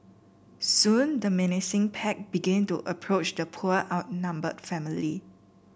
soon the menacing pack began to approach the poor outnumbered family